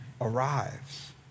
arrives